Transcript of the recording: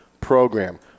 program